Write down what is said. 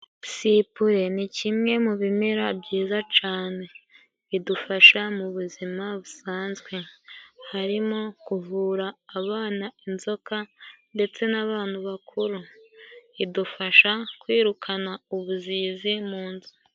Sipure ni kimwe mu bimera byiza cane. bidufasha mu buzima busanzwe, harimo kuvura abana inzoka ndetse n'abantu bakuru. Idufasha kwirukana ubuzizi mu nzu.